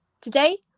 Today